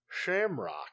Shamrock